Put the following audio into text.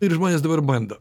ir žmonės dabar bando